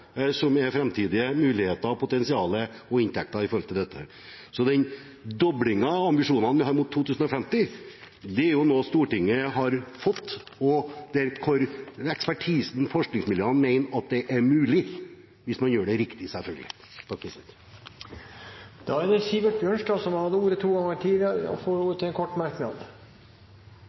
som er framtidige muligheter, potensial og inntekter med tanke på dette. Så den doblingen av ambisjonene vi har mot 2050, er noe Stortinget har fått, der ekspertisen, forskningsmiljøene, mener det er mulig – hvis man gjør det riktig, selvfølgelig. Representanten Sivert Bjørnstad har hatt ordet to ganger tidligere og får ordet til en kort merknad,